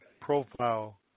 profile